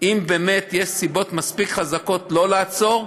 אם באמת יש סיבות מספיק חזקות לא לעצור.